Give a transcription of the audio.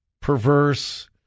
perverse